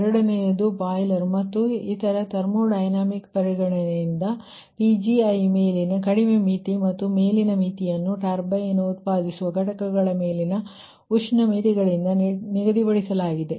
ಎರಡನೆಯದು ಬಾಯ್ಲರ್ ಮತ್ತು ಇತರ ಥರ್ಮೋಡೈನಮಿಕ್ ಪರಿಗಣನೆಯಿಂದ Pgi ಮೇಲಿನ ಕಡಿಮೆ ಮಿತಿ ಮತ್ತು ಮೇಲಿನ ಮಿತಿಯನ್ನು ಟರ್ಬೈನ್ ಉತ್ಪಾದಿಸುವ ಘಟಕಗಳ ಮೇಲಿನ ಉಷ್ಣ ಮಿತಿಗಳಿಂದ ನಿಗದಿಪಡಿಸಲಾಗಿದೆ